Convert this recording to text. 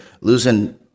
losing